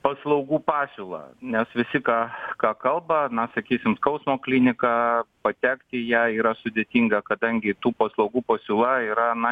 paslaugų pasiūlą nes visi ką ką kalba na sakysim skausmo kliniką patekti į ją yra sudėtinga kadangi tų paslaugų pasiūla yra na